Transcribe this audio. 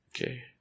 Okay